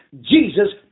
Jesus